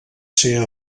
ser